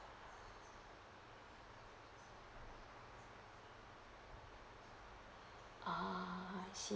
ah I see